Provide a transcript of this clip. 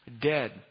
dead